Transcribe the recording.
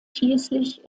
schließlich